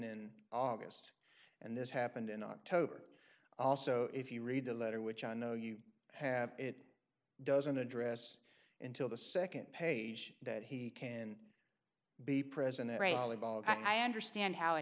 in august and this happened in october also if you read the letter which i know you have it doesn't address until the second page that he can be present and i understand how it